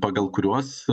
pagal kuriuos